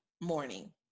morning